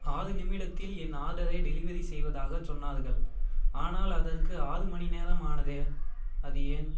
ஆறு நிமிடத்தில் என் ஆர்டரை டெலிவரி செய்வதாகச் சொன்னார்கள் ஆனால் அதற்கு ஆறு மணிநேரமானதே அது ஏன்